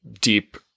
deep